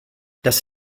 das